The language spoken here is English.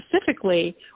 specifically